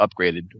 upgraded